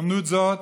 בהזדמנות זאת